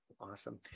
Awesome